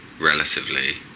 relatively